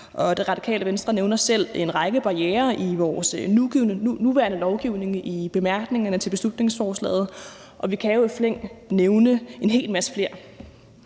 i. Radikale Venstre nævner selv en række barrierer i vores nuværende lovgivning i bemærkningerne til beslutningsforslaget, og vi kan jo i flæng nævne en hel masse flere.